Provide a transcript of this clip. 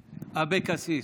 אבקסיס.